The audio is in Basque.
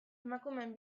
emakumeen